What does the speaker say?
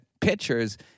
pitchers